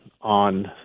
on